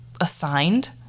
assigned